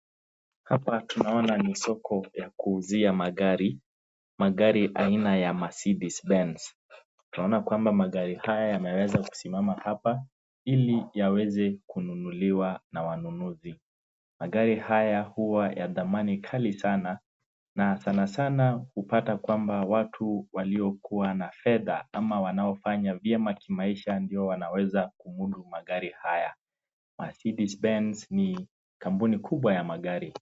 Hapa tunaona ni soko ya kuuzia magari, magari ya aina ya Mercedes Benz. Naona kwamba magari haya yanaweza kusimama hapa ili yaweze kununuliwa na wanunuzi. Magari haya huwa ni ya thamani kali sana na sanasana hupata kwamba watu waliokuwa na fedha ama wanaofanya vyema kimaisha ndiyo wanaweza kumudu magari haya. Mercedes Benz ni kampuni kubwa ya magari.